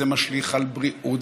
זה משליך על בריאות,